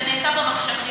זה נעשה במחשכים.